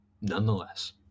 nonetheless